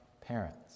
parents